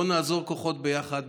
בואו נאזור כוחות ביחד,